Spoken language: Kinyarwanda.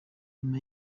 nyuma